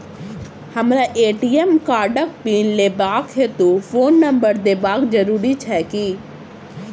हमरा ए.टी.एम कार्डक पिन लेबाक हेतु फोन नम्बर देबाक जरूरी छै की?